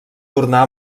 tornar